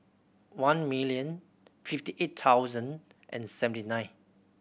one million fifty eight thousand and seventy nine